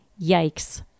yikes